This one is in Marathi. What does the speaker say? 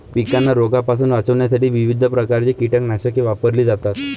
पिकांना रोगांपासून वाचवण्यासाठी विविध प्रकारची कीटकनाशके वापरली जातात